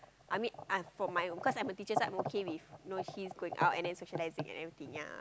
I mean uh for my cause I'm a teacher so I'm okay you know he's going out and then socialising and everything ya